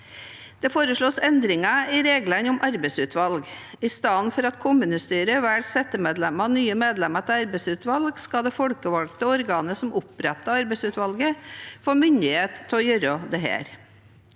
Det foreslås endringer i reglene om arbeidsutvalg. I stedet for at kommunestyret velger settemedlemmer og nye medlemmer til arbeidsutvalg, skal det folkevalgte organet som opprettet arbeidsutvalget, få myndighet til å gjøre dette.